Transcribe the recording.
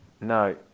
No